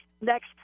next